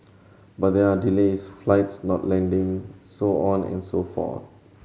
but there are delays flights not landing so on and so forth